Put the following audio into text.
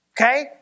okay